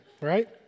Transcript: right